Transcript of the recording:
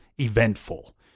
eventful